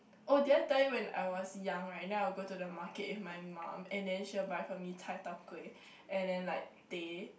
oh did I tell you when I was young right and then I will go to the market with my mum and then she will buy for me Cai-Tao-Kway and then like teh